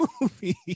movie